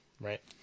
Right